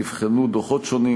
נבחנו דוחות שונים,